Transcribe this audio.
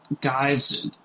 guys